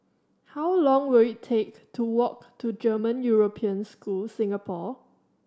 how long will it take to walk to German European School Singapore